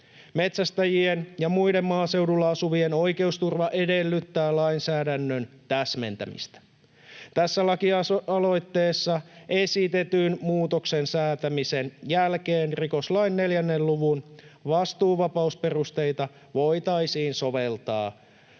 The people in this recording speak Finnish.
Metsästäjien ja muiden maaseudulla asuvien oikeusturva edellyttää lainsäädännön täsmentämistä. Tässä lakialoitteessa esitetyn muutoksen säätämisen jälkeen rikoslain 4 luvun vastuuvapausperusteita voitaisiin soveltaa